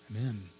Amen